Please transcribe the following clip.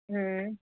हं